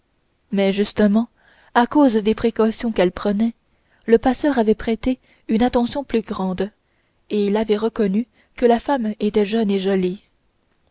mais justement à cause des précautions qu'elle prenait le passeur avait prêté une attention plus grande et il avait reconnu que la femme était jeune et jolie